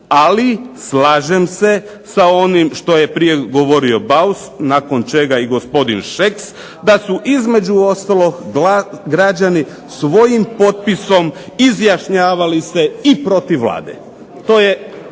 ali slažem se sa onim što je prije govorio Beus nakon čega i gospodin Šeks, da su između ostalog građani svojim potpisom izjašnjavali se i protiv Vlade. To je